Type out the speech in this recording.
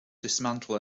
dismantle